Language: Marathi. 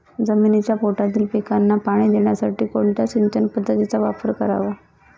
जमिनीच्या पोटातील पिकांना पाणी देण्यासाठी कोणत्या सिंचन पद्धतीचा वापर करावा?